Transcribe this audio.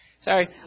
Sorry